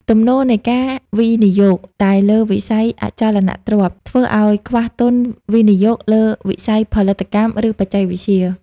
ទំនោរនៃការវិនិយោគតែលើវិស័យ "អចលនទ្រព្យ" ធ្វើឱ្យខ្វះទុនវិនិយោគលើវិស័យផលិតកម្ម ឬបច្ចេកវិទ្យា។